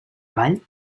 avall